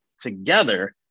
together